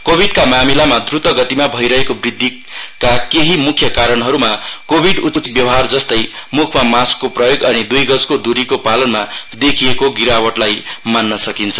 कोभिडका मामिलामा द्रतगतिमा भइरहेको वृद्धिका केही मुख्य कारणहरूमा कोभिड उचित व्यवहार जस्तै मुखमा मास्कको प्रयोग अनि दुई गजको दुरीको पालनमा देखिएको गिरावटलाई मान्न सकिन्छ